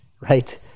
right